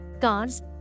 cars